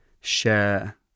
share